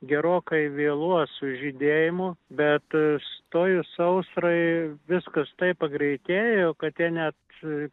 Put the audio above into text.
gerokai vėluos su žydėjimu bet stojus sausrai viskas taip pagreitėjo kad jie net